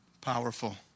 Powerful